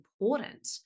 important